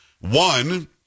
One